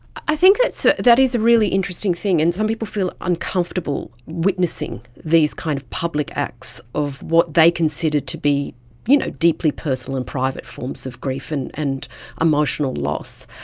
i think that so that is a really interesting thing and some people feel uncomfortable witnessing these kind of public acts of what they consider to be you know deeply personal and private forms of grief and and emotional loss.